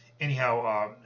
anyhow